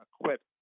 equipped